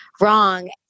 wrong